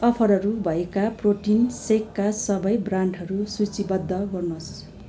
अफरहरू भएका प्रोटिन सेकका सबै ब्रान्डहरू सूचीबद्ध गर्नुहोस्